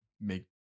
make